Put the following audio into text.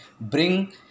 bring